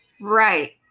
Right